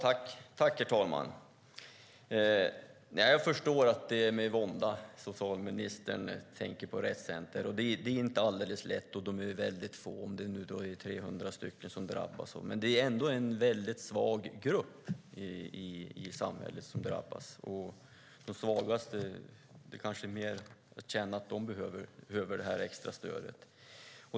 Herr talman! Jag förstår att det är med vånda som ministern tänker på Rett Center. Det är inte alldeles lätt, och få, ca 300, drabbas av Retts syndrom. Men det är ändå en svag grupp i samhället som drabbas, och det är de svagaste som behöver det extra stödet.